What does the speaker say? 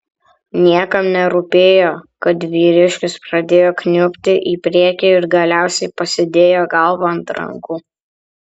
niekam nerūpėjo kad vyriškis pradėjo kniubti į priekį ir galiausiai pasidėjo galvą ant rankų